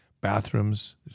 bathrooms